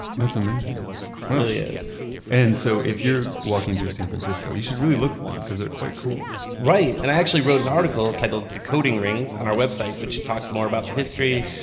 that's amazing it really is and so if you're walking through san francisco, you should really look for them, cause they're quite cool right. and i actually wrote an article titled decoding rings on our website which talks more about the history,